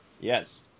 Yes